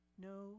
No